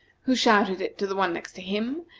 who shouted it to the one next to him,